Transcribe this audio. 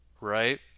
right